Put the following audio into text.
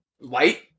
light